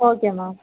okay ma'am